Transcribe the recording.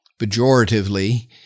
pejoratively